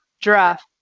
Giraffe